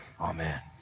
Amen